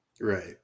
Right